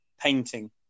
painting